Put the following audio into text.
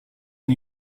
and